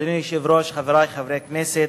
אדוני היושב-ראש, חברי חברי הכנסת,